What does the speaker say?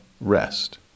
rest